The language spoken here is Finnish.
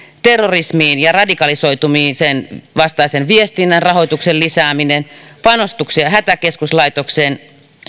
terrorismin ja radikalisoitumisen vastaisen viestinnän rahoituksen lisääminen panostukset hätäkeskuslaitoksen